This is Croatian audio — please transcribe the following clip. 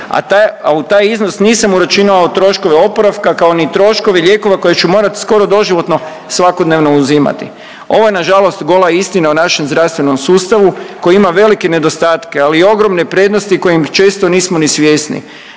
a u taj iznos nisam uračunao troškove oporavka kao ni troškove lijekova koje ću morati skoro doživotno svakodnevno uzimati. Ovo je nažalost gola istina o našem zdravstvenom sustavu koji ima velike nedostatke, ali i ogromne prednosti kojih često nismo ni svjesni.